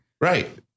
Right